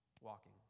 walking